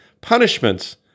punishments